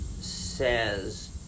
says